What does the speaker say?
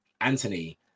Anthony